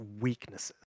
weaknesses